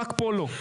רק לא פה.